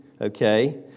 okay